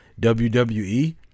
wwe